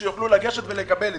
כדי שיוכלו לגשת ולקבל את